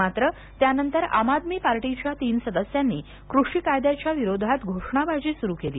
मात्र त्यानंतर आम आदमी पार्टीच्या तीन सदस्यांनी कृषी कायद्याच्या विरोधात घोषणाबाजी सुरू केली